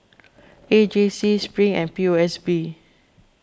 A J C Spring and P O S B